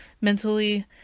mentally